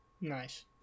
Nice